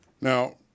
Now